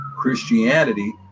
Christianity